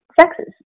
sexes